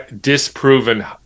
disproven